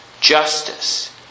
justice